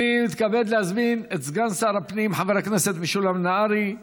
אני מתכבד להזמין את סגן שר הפנים חבר הכנסת משולם נהרי,